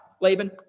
Laban